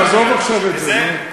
תעזוב עכשיו את זה,